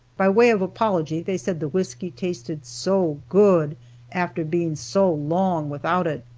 by way of apology they said the whisky tasted so good after being so long without it.